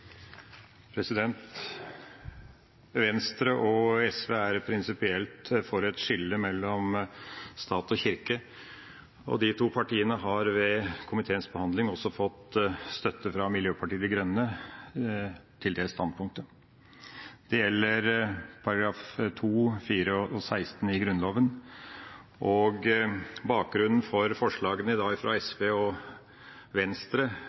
prinsipielt for et skille mellom stat og kirke, og de to partiene har ved komiteens behandling også fått støtte fra Miljøpartiet De Grønne for det standpunktet. Det gjelder §§ 2, 4 og 16 i Grunnloven. Bakgrunnen for forslagene i dag fra SV og Venstre,